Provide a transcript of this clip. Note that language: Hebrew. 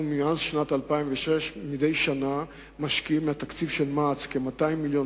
מאז שנת 2006 אנחנו משקיעים מדי שנה כ-200 מיליון